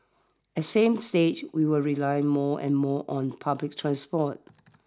at same stage we will rely more and more on public transport